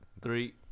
three